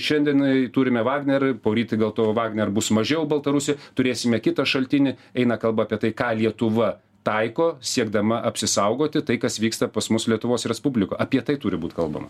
šiandienai turime vagner poryt gal to vagner bus mažiau baltarusioj turėsime kitą šaltinį eina kalba apie tai ką lietuva taiko siekdama apsisaugoti tai kas vyksta pas mus lietuvos respubliko apie tai turi būt kalbama